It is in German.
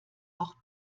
auch